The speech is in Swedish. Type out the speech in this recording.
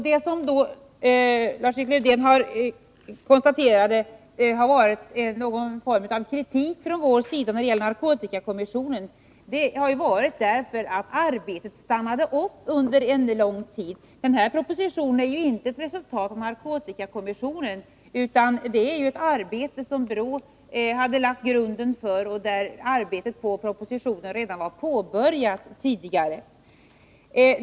Lars-Erik Lövdén talade om vår kritik mot narkotikakommissionen. Det har gällt att arbetet stannat upp under lång tid. Den här propositionen är ju inte ett resultat av narkotikakommissionens arbete, utan här gäller det ett arbete som brottsförebyggande rådet har lagt grunden för. Arbetet på propositionen var alltså påbörjat redan tidigare.